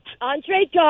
Andre